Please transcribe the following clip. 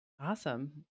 Awesome